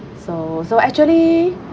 so so actually